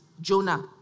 Jonah